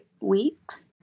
weeks